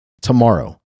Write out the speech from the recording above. tomorrow